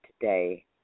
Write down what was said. today